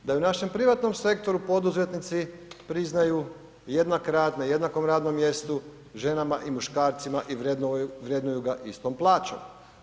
Da i u našem privatnom sektoru poduzetnici priznaju jednak rad na jednakom radnom mjestu ženama i muškarcima i vrednuju ga istom plaćom?